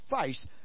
face